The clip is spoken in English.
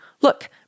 Look